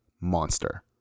monster